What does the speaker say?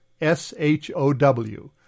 S-H-O-W